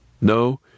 No